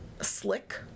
slick